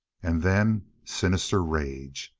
and then sinister rage.